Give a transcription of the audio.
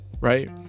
right